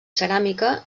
ceràmica